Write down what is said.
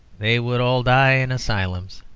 they would all die in asylums.